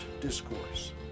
discourse